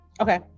Okay